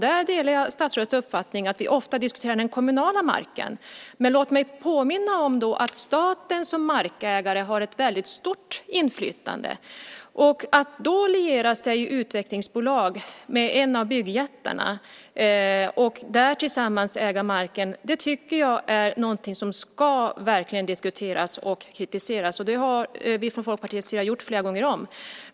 Där delar jag statsrådets uppfattning att vi ofta diskuterar den kommunala marken. Men låt mig påminna om att staten som markägare har ett stort inflytande. Att liera sig i utvecklingsbolag med en av byggjättarna och där tillsammans äga marken är något som ska diskuteras och kritiseras. Det har vi från Folkpartiets sida gjort flera gånger om.